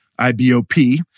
IBOP